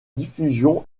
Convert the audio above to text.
diffusion